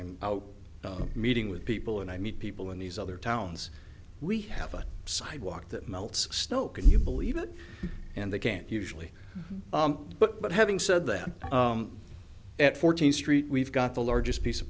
i'm out meeting with people and i meet people in these other towns we have a sidewalk that melts snow can you believe it and they can't usually but but having said that at fourteenth street we've got the largest piece of